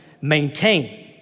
maintain